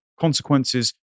consequences